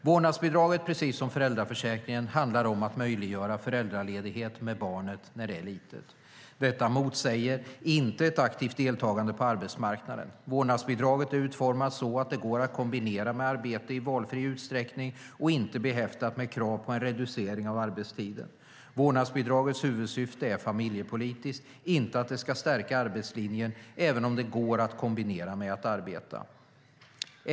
Vårdnadsbidraget, precis som föräldraförsäkringen, handlar om att möjliggöra föräldraledighet med barnet när det är litet. Detta motsäger inte ett aktivt deltagande på arbetsmarknaden. Vårdnadsbidraget är utformat så att det går att kombinera med arbete i valfri utsträckning och inte är behäftat med krav på en reducering av arbetstiden. Vårdnadsbidragets huvudsyfte är familjepolitiskt, inte att det ska stärka arbetslinjen, även om det går att kombinera med att arbeta.